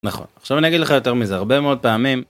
נכון. עכשיו אני אגיד לך יותר מזה, הרבה מאוד פעמים